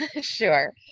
Sure